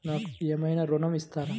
నాకు ఏమైనా ఋణం ఇస్తారా?